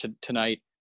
tonight